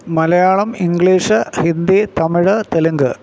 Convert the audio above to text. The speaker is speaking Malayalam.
മലയാളം ഇംഗ്ലീഷ് ഹിന്ദി തമിഴ് തെലുങ്ക്